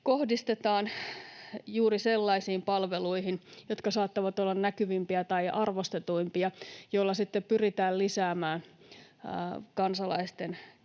kohdistetaan juuri sellaisiin palveluihin, jotka saattavat olla näkyvimpiä tai arvostetuimpia, millä sitten pyritään lisäämään kansalaisten